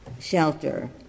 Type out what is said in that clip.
shelter